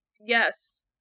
yes